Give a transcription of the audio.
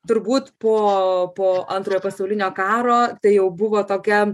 turbūt po po antrojo pasaulinio karo tai jau buvo tokia